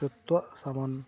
ᱡᱚᱛᱚᱣᱟᱜ ᱥᱟᱢᱟᱱ